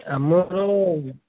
ଆମର